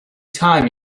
time